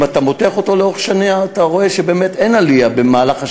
אם אתה מותח אותו לאורך שנה אתה רואה שבאמת אין עלייה במהלך השנה,